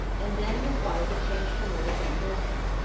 and then his wife had changed her mode of her endorsement.